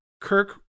Kirk